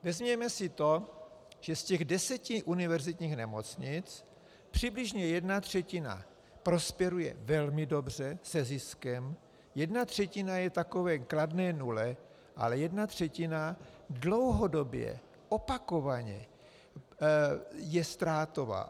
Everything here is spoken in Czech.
Vezměme si to, že z deseti univerzitních nemocnic přibližně jedna třetina prosperuje velmi dobře, se ziskem, jedna třetina je v takové kladné nule, ale jedna třetina dlouhodobě opakovaně je ztrátová.